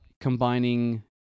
combining